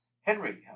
Henry